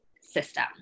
system